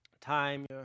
time